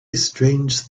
strange